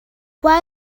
where